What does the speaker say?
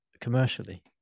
commercially